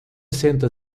senta